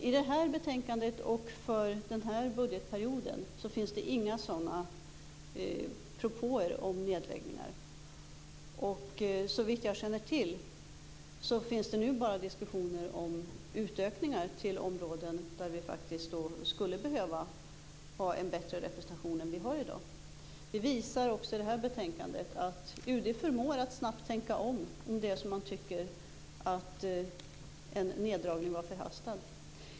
I det här betänkandet och för den här budgetperioden finns det inga propåer om nedläggningar. Såvitt jag känner till finns nu bara diskussioner om utökningar till områden där vi faktiskt skulle behöva ha en bättre representation än vad vi har i dag. Det här betänkandet visar också att UD förmår att snabbt tänka om i frågor där man tycker att en neddragning var förhastad.